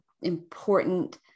important